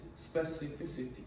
Specificity